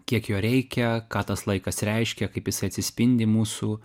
kiek jo reikia ką tas laikas reiškia kaip jisai atsispindi mūsų